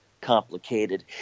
complicated